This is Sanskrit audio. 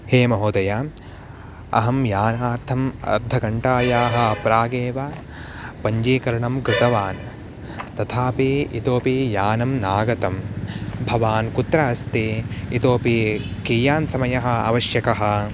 हे महोदय अहं यानार्थम् अर्ध घण्टायाः प्रागेव पञ्जीकरणं कृतवान् तथापि इतोऽपि यानं नागतम् भवान् कुत्र अस्ति इतोऽपि कियान् समयः आवश्यकः